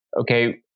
Okay